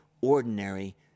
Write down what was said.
ordinary